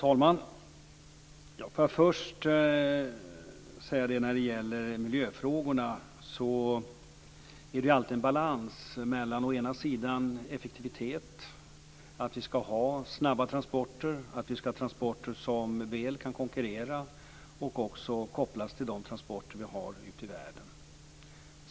Herr talman! Först när det gäller miljöfrågorna är det alltid en balans mellan å ena sidan effektivitet, att vi skall ha snabba transporter som väl kan konkurrera och också kan kopplas till de transporter vi har ute i världen, och miljön.